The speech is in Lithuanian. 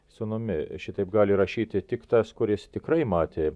sūnumi šitaip gali rašyti tik tas kuris tikrai matė